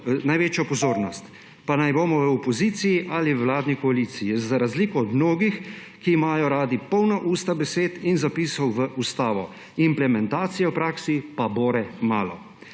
največjo pozornost, pa naj bomo v opoziciji ali v vladni koaliciji, za razliko od mnogih, ki imajo radi polna usta besed in zapisov v ustavo, implementacije v praksi pa bore malo.